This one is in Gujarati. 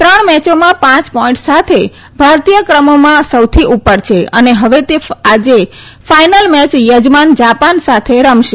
ત્રણ મેચોમાં પાંચ પોઈન્ટ સાથે ભારતીય ક્રમોમાં સૌથી ઉપર છે અને હવે તે આજે ફાઈનલ મેચ યજમાન જાપાન સાથે રમશે